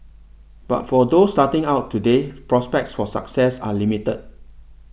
but for those starting out today prospects for success are limited